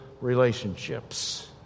relationships